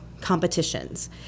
competitions